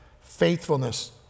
faithfulness